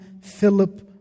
Philip